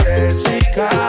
Jessica